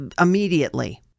immediately